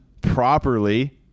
properly